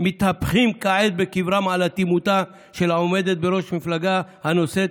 מתהפכים כעת בקברם על אטימותה של העומדת בראש המפלגה הנושאת